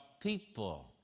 people